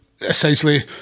essentially